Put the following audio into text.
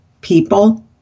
people